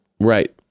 Right